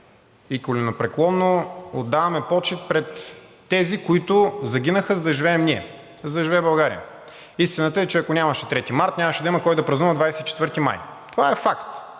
и коленопреклонно отдаваме почит пред тези, които загинаха, за да живеем ние, за да живее България. Истината е, че ако нямаше 3 март, нямаше да има кой да празнува 24 май. Това е факт.